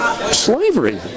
slavery